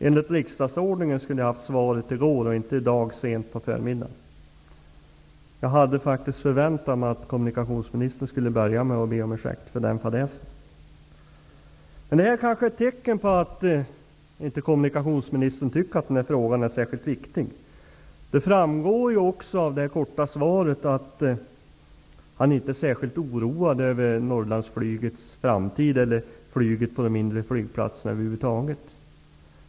Enligt Riksdagsordningen skulle jag ha haft svaret i går och inte sent på förmiddagen i dag. Jag hade faktiskt väntat mig att kommunikationsministern skulle börja med att be om ursäkt för den fadäsen. Men det här är kanske ett tecken på att kommunikationsministern inte tycker att den här frågan är särskilt viktig. Det framgår också av det korta svaret att han inte är särskilt oroad över Norrlandsflygets framtid eller flyget på de mindre flygplatserna över huvud taget.